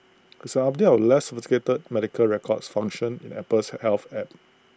it's an update of A less sophisticated medical records function in Apple's health app